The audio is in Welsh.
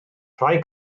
rhai